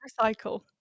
recycle